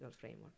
framework